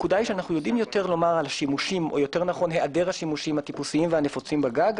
אנחנו יודעים יותר לומר על היעדר השימושים הטיפוסיים והנפוצים בגג.